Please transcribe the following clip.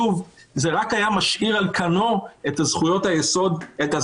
זה רק היה משאיר על כנו את הזכויות הקבוצתיות,